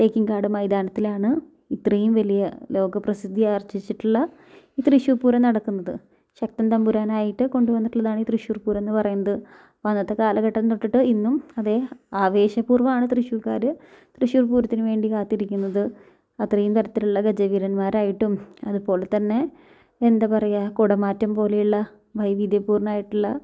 തേക്കിൻകാട് മൈതാനത്തിലാണ് ഇത്രയും വലിയ ലോകപ്രസിദ്ധി ആർജ്ജിച്ചിട്ടുള്ള ഈ തൃശൂർ പൂരം നടക്കുന്നത് ശക്തൻ തമ്പുരാനായിട്ട് കൊണ്ട് വന്നിട്ടുള്ളതാണ് ഈ തൃശൂർ പൂരം എന്ന് പറയുന്നത് അന്നത്തെ കാലഘട്ടം തൊട്ടിട്ട് ഇന്നും അതേ ആവേശ പൂർവ്വമാണ് തൃശൂർക്കാർ തൃശൂർ പൂരത്തിന് വേണ്ടി കാത്തിരിക്കുന്നത് അത്രയും തരത്തിലുള്ള ഗജവീരൻമാരായിട്ടും അതുപോലെ തന്നെ എന്താണ് പറയുക കുടമാറ്റം പോലെയുള്ള വൈവിധ്യപൂർണമായിട്ടുള്ള